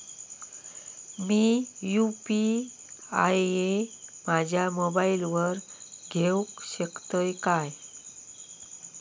मी UPI माझ्या मोबाईलावर घेवक शकतय काय?